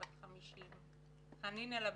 בת 50. חנין אלביב,